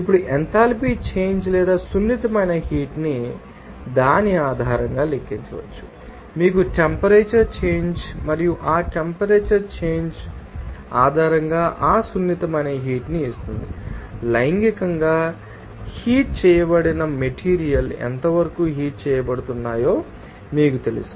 ఇప్పుడు ఆ enthalpy change లేదా సున్నితమైన హీట్ ని దాని ఆధారంగా లెక్కించవచ్చు మీకు టెంపరేచర్ చేంజ్ తెలుసు మరియు ఆ టెంపరేచర్ చేంజ్ మీకు దాని ఆధారంగా ఆ సున్నితమైన హీట్ ని ఇస్తుంది లైంగికంగా హీట్ చేయబడిన మెటీరియల్ ు ఎంతవరకు హీట్ చేయబడుతున్నాయో మీకు తెలుసు